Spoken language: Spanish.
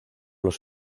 los